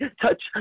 touch